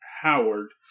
Howard